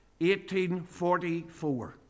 1844